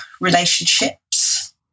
relationships